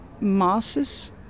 masses